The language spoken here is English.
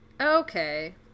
Okay